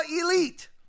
elite